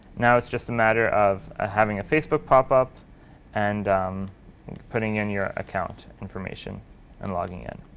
now it's just a matter of having a facebook pop up and putting in your account information and logging in.